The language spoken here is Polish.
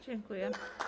Dziękuję.